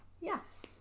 Yes